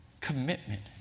commitment